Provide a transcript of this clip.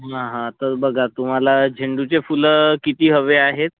हा हा तर बघा तुम्हाला झेंडूचे फुलं किती हवे आहेत